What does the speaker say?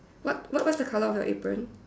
what what what's the colour of your apron